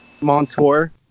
Montour